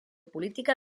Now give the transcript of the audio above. política